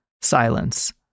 Silence